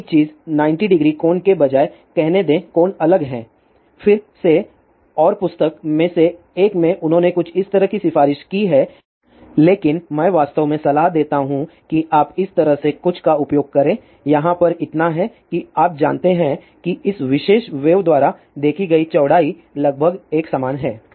एक ही चीज़ 900 कोण के बजाय कहने दे कोण अलग है फिर से और पुस्तक में से एक में उन्होंने कुछ इस तरह की सिफारिश की है लेकिन मैं वास्तव में सलाह देता हूं कि आप इस तरह से कुछ का उपयोग करें यहाँ पर इतना है कि आप जानते हैं कि इस विशेष वेव द्वारा देखी गई चौड़ाई लगभग एक समान है